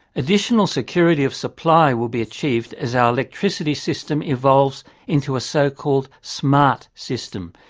additional security of supply will be achieved as our electricity system evolves into a so-called smart system,